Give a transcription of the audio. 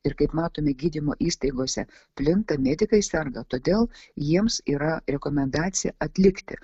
ir kaip matome gydymo įstaigose plinta medikai serga todėl jiems yra rekomendacija atlikti